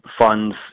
funds